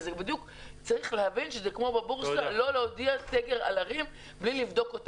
אבל יש להבין שזה כמו בבורסה לא להודיע סגר על ערים בלי לבדוק.